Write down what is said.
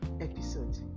episode